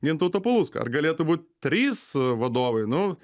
gintautą palucką ar galėtų būt tris vadovai nu